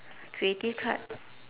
creative card